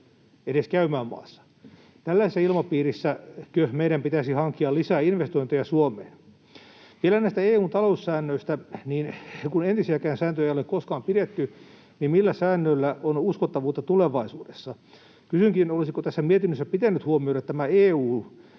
edes käymään maassa. Tällaisessa ilmapiirissäkö meidän pitäisi hankkia lisää investointeja Suomeen? Vielä näistä EU:n taloussäännöistä: Kun entisiäkään sääntöjä ei ole koskaan pidetty, niin millä säännöillä on uskottavuutta tulevaisuudessa? Kysynkin: olisiko tässä mietinnössä pitänyt huomioida EU ja sen